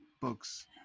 books